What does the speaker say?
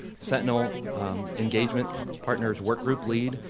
sentinel engagement partners workgroup lead,